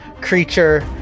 creature